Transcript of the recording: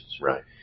Right